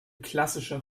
klassischer